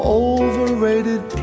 overrated